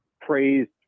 praised